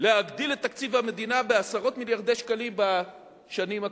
להגדיל את תקציב המדינה בעשרות מיליארדי שקלים בשנים הקרובות.